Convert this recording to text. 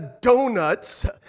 donuts